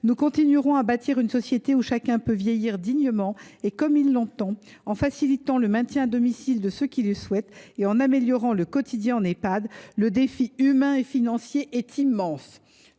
Nous continuerons à bâtir une société où chacun peut vieillir dignement et comme il l’entend, en facilitant le maintien à domicile de ceux qui le souhaitent, et en améliorant le quotidien dans les Ehpad. Le défi humain et financier est immense.